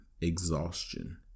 exhaustion